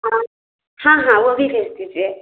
हाँ हाँ हाँ वह भी भेज दीजिए